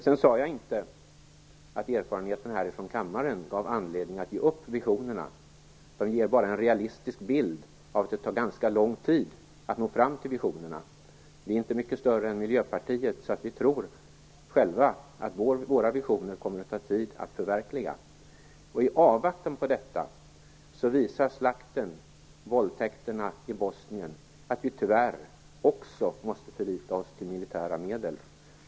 Jag sade inte att erfarenheterna från kammaren gav anledning att ge upp visionerna. De ger bara en realistisk bild av att det tar ganska lång tid att nå fram till visionerna. Folkpartiet är inte mycket större än Miljöpartiet, så vi tror själva att det kommer att ta tid att förverkliga våra visioner. Slakten och våldtäkterna i Bosnien visar att vi i avvaktan på detta tyvärr också måste förlita oss till militära medel.